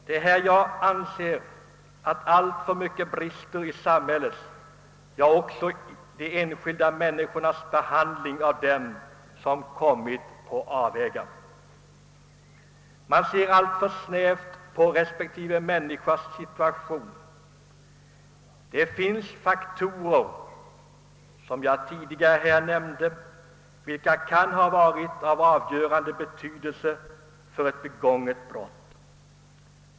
Det är härvidlag jag anser att alltför mycket brister i samhällets — ja, också i de enskilda människornas behandling av dem som kommit på avvägar. Man ser alltför snävt på människans situation. Det finns faktorer — som jag tidigare nämnde — vilka kan ha varit av avgörande betydelse för att en person begått brott.